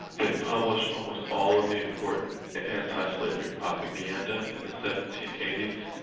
they published almost all of the important anti-slavery propaganda in the seventeen eighty s,